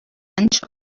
danys